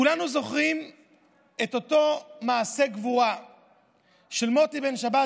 כולנו זוכרים את אותו מעשה גבורה של מוטי בן שבת,